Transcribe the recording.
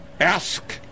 Ask